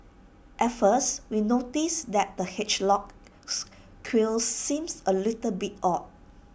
at first we noticed that the hedgehog's quills seemed A little bit odd